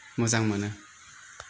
मोजां मोनो